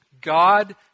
God